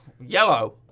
Yellow